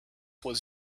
was